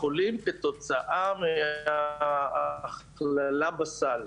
החולים כתוצאה מההכללה בסל.